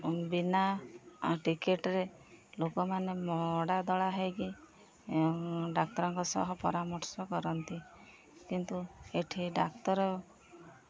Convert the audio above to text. ବିନା ଟିକେଟ୍ରେ ଲୋକମାନେ ମଡ଼ା ଦଳା ହେଇକି ଡାକ୍ତରଙ୍କ ସହ ପରାମର୍ଶ କରନ୍ତି କିନ୍ତୁ ଏଠି ଡାକ୍ତର